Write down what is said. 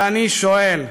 ואני שואל: